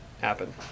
happen